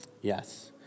Yes